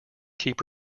keep